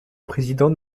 président